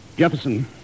Jefferson